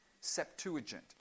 Septuagint